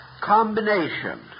combination